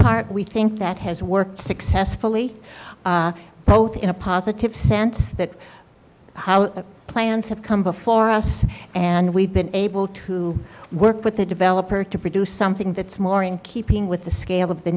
part we think that has worked successfully both in a positive sense that the plans have come before us and we've been able to work with the developer to produce something that's more in keeping with the scale of the